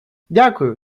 дякую